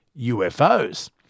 UFOs